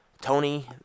Tony –